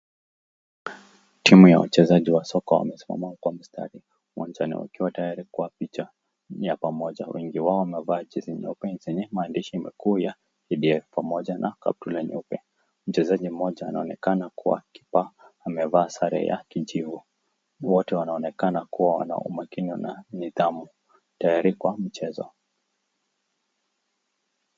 Time ya wachezaji wa soka wamesimama kwa mstari